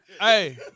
Hey